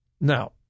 Now